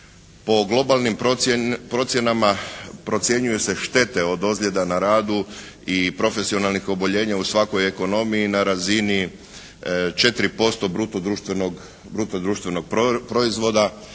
Po globalnim procjenama procjenjuju se štete od ozljeda na radu i profesionalnih oboljenja u svakoj ekonomiji na razini 4% bruto društvenog proizvoda,